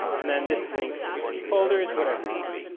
and then this links to any folders, whatever you want.